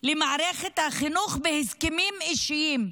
למערכת החינוך בהסכמים אישיים,